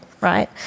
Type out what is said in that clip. right